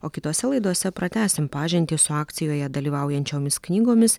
o kitose laidose pratęsim pažintį su akcijoje dalyvaujančiomis knygomis